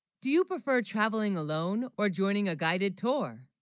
do you prefer traveling, alone or joining a guided tour